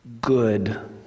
good